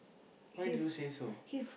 why do you say so